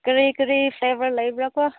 ꯀꯔꯤ ꯀꯔꯤ ꯐ꯭ꯂꯦꯕꯔ ꯂꯩꯕ꯭ꯔ